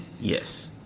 Yes